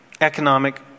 economic